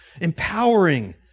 empowering